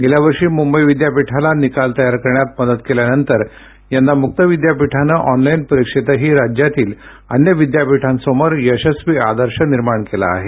गेल्या वर्षी मुंबई विद्यापीठाला निकाल तयार करण्यात मदत केल्यानंतर यंदा मुक्त विद्यापीठानं ऑनलाईन परीक्षेतही राज्यातील अन्य विद्यापीठांसमोर यशस्वी आदर्श निर्माण केला आहे